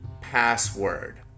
password